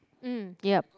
uh yep